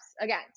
again